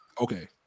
Okay